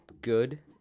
good